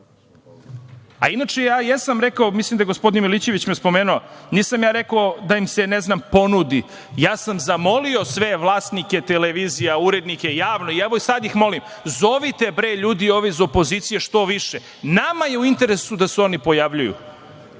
Inače, ja jesam rekao, mislim da je gospodin Milićević me spomenuo, nisam ja rekao – da im se, ne znam, ponudi, ja sam zamolio sve vlasnike televizija, urednike, javno, evo i sada ih molim, zovite ljudi ove iz opozicije što više. Nama je u interesu da se oni pojavljuju,